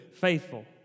faithful